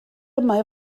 yma